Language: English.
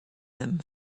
them